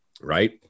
right